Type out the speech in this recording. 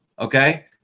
okay